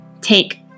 take